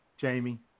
Jamie